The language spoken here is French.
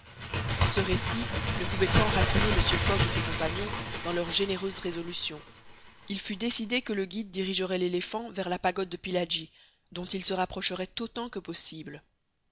ce récit ne pouvait qu'enraciner mr fogg et ses compagnons dans leur généreuse résolution il fut décidé que le guide dirigerait l'éléphant vers la pagode de pillaji dont il se rapprocherait autant que possible